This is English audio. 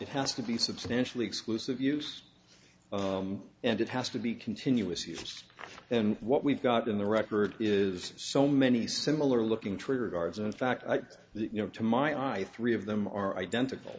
it has to be substantially exclusive use and it has to be continuous use and what we've got in the record is so many similar looking trigger guards in fact that you know to my eyes three of them are identical